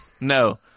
No